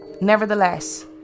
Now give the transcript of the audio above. Nevertheless